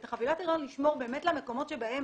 ואת חבילת ההריון לשמור באמת למקומות שבהם